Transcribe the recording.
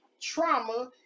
trauma